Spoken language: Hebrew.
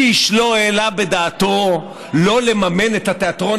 איש לא העלה בדעתו שלא לממן את התיאטרון